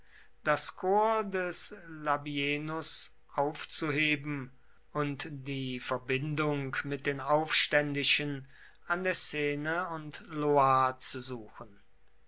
das korps des labienus aufzuheben und die verbindung mit den aufständischen an der seine und loire zu suchen